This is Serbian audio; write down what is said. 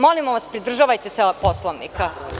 Molimo vas, pridržavajte se Poslovnika.